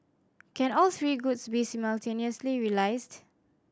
can all three goods be simultaneously realised